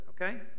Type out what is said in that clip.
okay